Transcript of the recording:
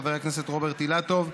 חבר הכנסת רוברט אילטוב,